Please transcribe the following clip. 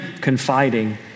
confiding